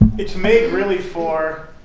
it's made really for,